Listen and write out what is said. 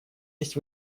есть